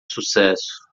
sucesso